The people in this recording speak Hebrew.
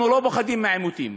אנחנו לא פוחדים מעימותים.